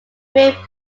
great